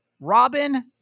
Robin